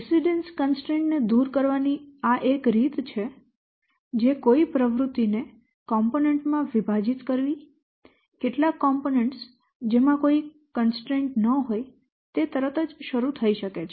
precedence constraint ને દૂર કરવાની એક રીત એ છે કે કોઈ પ્રવૃત્તિને કોમ્પોનેન્ટ માં વિભાજીત કરવી કેટલાક કોમ્પોનેન્ટ જેમાં કોઈ કન્સ્ટ્રેન્ટ ન હોય તે તરત જ શરૂ થઈ શકે છે